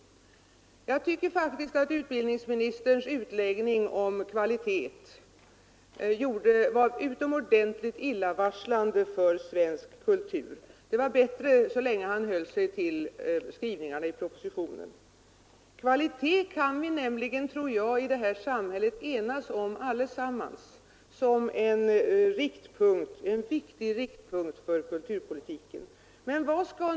Jag tycker att utbildningsministerns utläggning om kvalitet var utomordentligt illavarslande för svensk kultur. Det var bättre så länge han höll sig till skrivningen i propositionen. Jag tror att vi alla kan enas om kvalitet som en riktpunkt för kulturpolitiken i samhället.